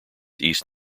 east